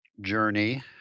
journey